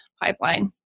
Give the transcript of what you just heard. pipeline